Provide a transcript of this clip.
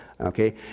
Okay